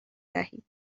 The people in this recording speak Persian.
دهید